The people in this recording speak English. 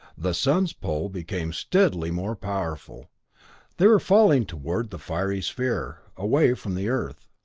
the sun's pull became steadily more powerful they were falling toward the fiery sphere, away from the earth.